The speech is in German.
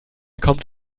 kommt